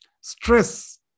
stress